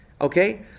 Okay